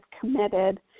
committed